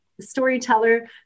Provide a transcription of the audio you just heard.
storyteller